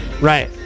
Right